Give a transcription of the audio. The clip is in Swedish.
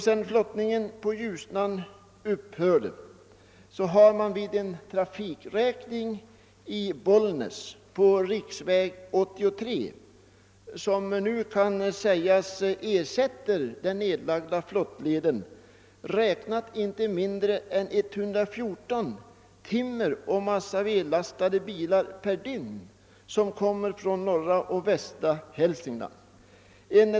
Sedan flottningen på Ljusnan upphörde har man vid en trafikräkning i Bollnäs på riksväg 83, som nu kan sägas ersätta den nedlagda flottleden, räknat inte mindre än 114 bilar lastade med timmer och massaved per dygn som kom från norra och västra Hälsingland.